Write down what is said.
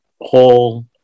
whole